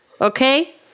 okay